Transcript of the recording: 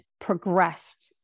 progressed